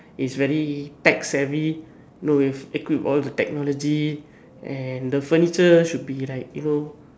it is very tech savvy you know with equip all the technology and the furniture should be like you know